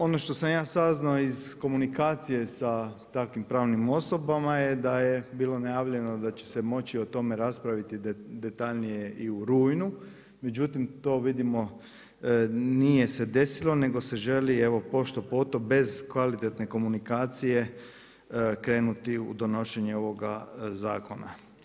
Ono što sam ja saznao iz komunikacije sa takvim pravnim osobama je da je bilo najavljeno da će se moći o tome raspraviti detaljnije i u rujnu, međutim to vidimo nije se desilo nego se želi evo, pošto, poto bez kvalitetne komunikacije krenuti u donošenje ovoga zakona.